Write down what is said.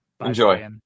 Enjoy